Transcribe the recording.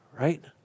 right